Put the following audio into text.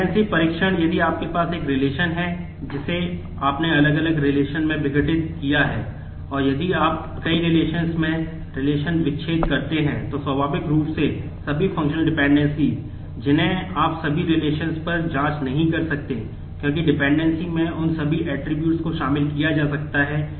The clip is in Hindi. डिपेंडेंसी में आपके पास मौजूद नहीं हो सकती हैं